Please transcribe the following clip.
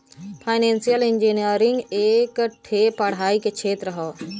financial engineering एक ठे पढ़ाई के क्षेत्र हौ